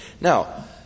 Now